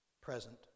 present